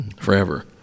forever